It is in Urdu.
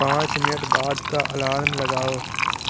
پانچ منٹ بعد کا الارم لگاؤ